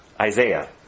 Isaiah